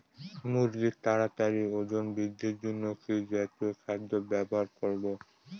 মুরগীর তাড়াতাড়ি ওজন বৃদ্ধির জন্য কি জাতীয় খাদ্য ব্যবহার করব?